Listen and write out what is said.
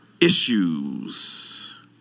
issues